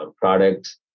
products